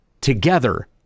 together